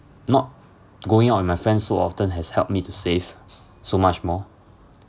not going out with my friends so often has helped me to save so much more